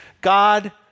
God